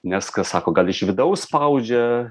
nes ką sako gal iš vidaus spaudžia